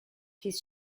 his